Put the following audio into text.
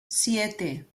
siete